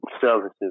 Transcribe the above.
services